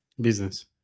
business